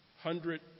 Hundred